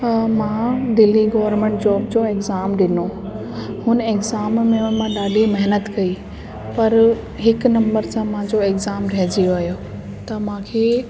त मां Delhi government job जो एक्ज़ाम ॾिनो ऐं एक्ज़ाम में हुन ॾाढी महिनतु कई पर हिकु नंबर सां मुहिंजो एक्ज़ाम रहिजी वियो त मूंखे